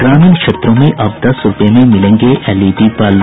ग्रामीण क्षेत्रों में अब दस रूपये में मिलेंगे एलईडी बल्ब